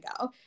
go